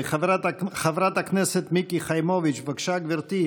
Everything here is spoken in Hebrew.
חברת הכנסת מיקי חיימוביץ', בבקשה, גברתי.